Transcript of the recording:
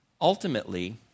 Ultimately